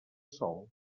sol